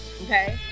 okay